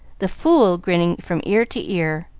the fool grinning from ear to ear,